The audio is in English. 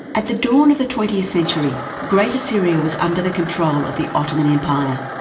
at the dawn of the twentieth century greater syria was under the control of the ottoman empire.